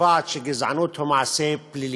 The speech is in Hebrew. שקובעות שגזענות היא מעשה פלילי.